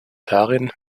darin